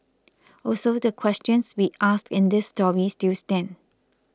also the questions we asked in this story still stand